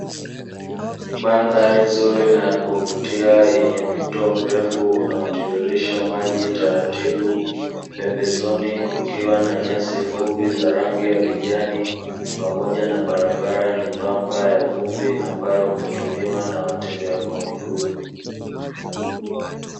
Mandhari nzuri na ya kuvutia, yenye mto mrefu unaotiririsha maji taratibu, pembezoni kukiwa na nyasi fupi za rangi ya kijani, pamoja na barabara nyembamba ya vumbi ambayo hutumiwa na watembea kwa miguu.